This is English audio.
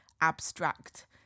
abstract